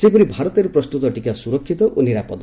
ସେହିପରି ଭାରତରେ ପ୍ରସ୍କୁତ ଟିକା ସୁରକ୍ଷିତ ଓ ନିରାପଦ